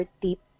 tip